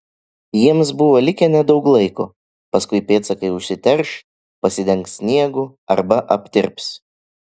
jiems buvo likę nedaug laiko paskui pėdsakai užsiterš pasidengs sniegu arba aptirps